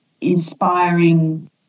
inspiring